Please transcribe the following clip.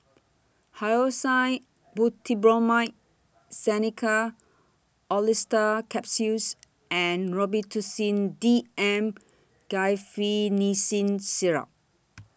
Hyoscine Butylbromide Xenical Orlistat Capsules and Robitussin D M Guaiphenesin Syrup